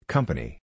Company